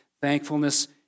thankfulness